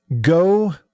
Go